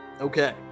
Okay